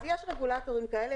אז יש רגולטורים כאלה,